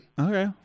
Okay